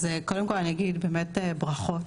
קודם כל אני אגיד באמת ברכות.